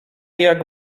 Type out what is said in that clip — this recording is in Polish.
jak